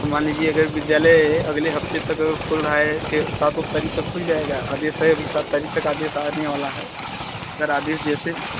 मान लीजिए अगर विद्यालय अगले हफ़्ते तक अगर खुल रहा है छः सात आत तारीख तक अगर खुल जाएगा आदेश है अभी सात तारीख तक आदेश आने वाला है अगर आदेश जैसे